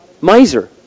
miser